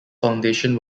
foundation